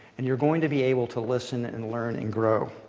and you're going to be able to listen and learn and grow.